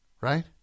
right